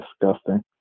disgusting